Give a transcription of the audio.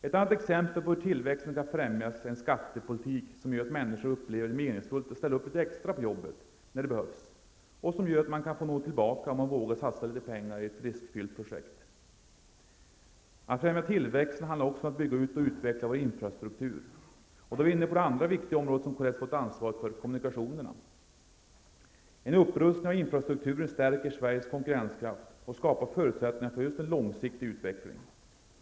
Ett annat exempel på hur tillväxten kan främjas är en skattepolitik som gör att människor upplever det meningsfullt att ställa upp litet extra på jobbet när det behövs och som gör att man kan få något tillbaka om man vågar satsa litet pengar i ett riskfyllt projekt. Att främja tillväxten handlar också om att bygga ut och utveckla vår infrastruktur. Då är vi inne på det andra viktiga området som kds fått ansvaret för; kommunikationerna. En upprustning av infrastrukturen stärker Sveriges konkurrenskraft och skapar förutsättningar för en långsiktig utveckling.